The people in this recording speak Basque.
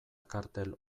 kartel